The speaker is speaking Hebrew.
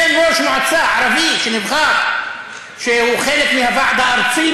אין ראש מועצה ערבי שנבחר שהוא חלק מהוועד הארצי,